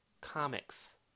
comics